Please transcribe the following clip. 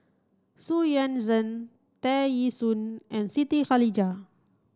Xu Yuan Zhen Tear Ee Soon and Siti Khalijah